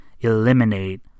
eliminate